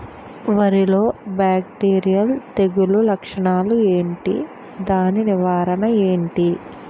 వరి లో బ్యాక్టీరియల్ తెగులు లక్షణాలు ఏంటి? దాని నివారణ ఏంటి?